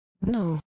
No